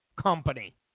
Company